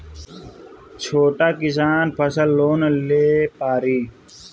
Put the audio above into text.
छोटा किसान फसल लोन ले पारी?